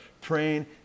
praying